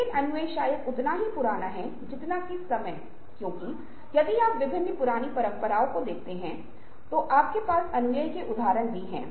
यदि आप दूसरों के बारे में परेशान हैं आप उनकी देखभाल करते हैं आप उनके लिए चिंता दिखाते हैं तो आप सत्ता का सामाजिक चेहरा दिखा ते हैं